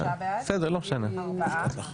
הצבעה אושרה.